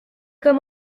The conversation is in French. comme